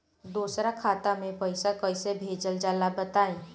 दोसरा खाता में पईसा कइसे भेजल जाला बताई?